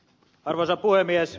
arvoisa puhemies